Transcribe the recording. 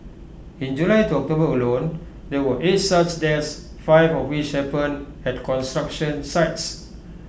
in July to October alone there were eight such deaths five of which happened at construction sites